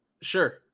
Sure